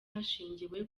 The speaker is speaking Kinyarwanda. hashingiwe